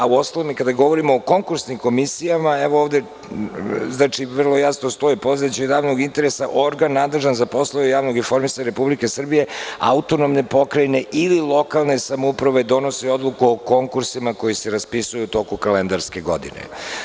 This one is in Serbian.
U ostalom kada govorimo o konkursnim komisijama, evo ovde, znači vrlo jasno stoji polazeći od narodnog interesa organ nadležan za poslove javnog informisanja Republike Srbije, AP ili lokalne samouprave donosi odluku o konkursima koji se raspisuju u toku kalendarske godine.